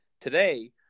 today